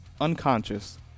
unconscious